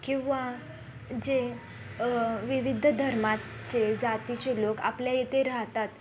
किंवा जे विविध धर्माचे जातीचे लोक आपल्या इथे राहतात